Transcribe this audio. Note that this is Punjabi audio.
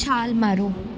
ਛਾਲ ਮਾਰੋ